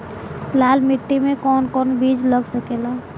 लाल मिट्टी में कौन कौन बीज लग सकेला?